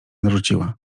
narzuciła